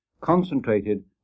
concentrated